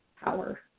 power